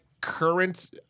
current